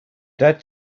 dead